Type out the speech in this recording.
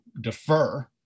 defer